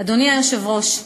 אדוני היושב-ראש,